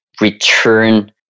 return